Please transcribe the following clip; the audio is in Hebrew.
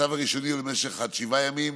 הצו הראשוני הוא למשך עד שבעה ימים,